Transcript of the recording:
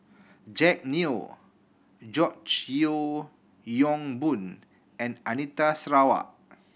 Jack Neo George Yeo Yong Boon and Anita Sarawak